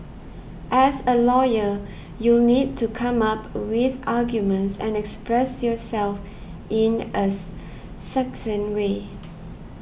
as a lawyer you'll need to come up with arguments and express yourself in as succinct way